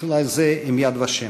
זה עם "יד ושם".